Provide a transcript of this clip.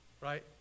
right